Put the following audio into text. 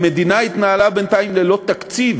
המדינה התנהלה בינתיים ללא תקציב,